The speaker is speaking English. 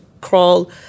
crawl